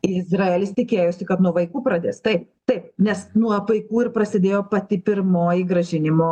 izraelis tikėjosi kad nuo vaikų pradės taip taip nes nuo vaikų ir prasidėjo pati pirmoji grąžinimo